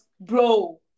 bro